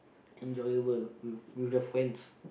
enjoyable with with your friends